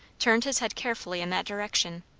turned his head carefully in that direction,